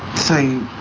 same